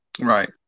Right